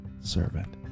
servant